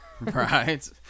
Right